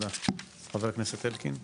חבר הכנסת אלקין בבקשה.